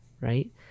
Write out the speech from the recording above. Right